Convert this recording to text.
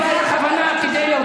אתם עושים את זה בכוונה, כדי להוציא,